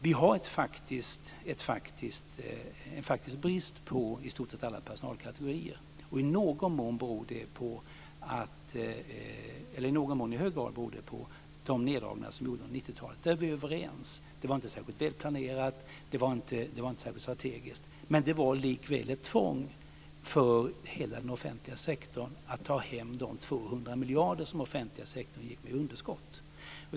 Vi har en faktisk brist på i stort sett alla personalkategorier. I hög grad beror det på de neddragningar som gjordes under 1990-talet. Där är vi överens. Det var inte särskilt välplanerat och det var inte särskilt strategiskt, men det var likväl ett tvång för hela den offentliga sektorn att ta hem de 200 miljarder som den offentliga sektorn gick med underskott.